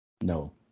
No